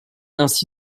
ainsi